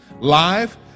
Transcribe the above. live